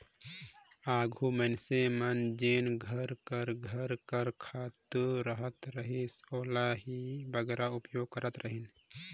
आघु मइनसे मन जेन घर कर घर कर खातू रहत रहिस ओही ल बगरा उपयोग करत रहिन